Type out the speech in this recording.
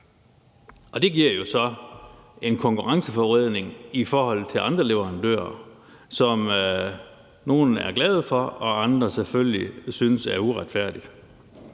og det giver jo så en konkurrenceforvridning i forhold til andre leverandører, som nogle er glade for, mens andre selvfølgelig synes, det er uretfærdigt.